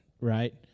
right